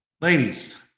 Ladies